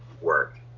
work